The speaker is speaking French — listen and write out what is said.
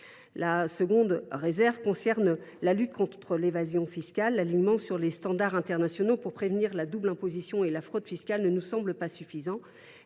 La seconde réserve concerne la lutte contre l’évasion fiscale. L’alignement sur les standards internationaux pour prévenir la double imposition et la fraude fiscale ne nous semble pas suffisant.